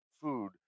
food